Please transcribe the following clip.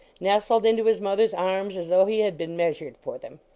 nestled into his mother s arms as though he had been meas ured for them.